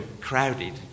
crowded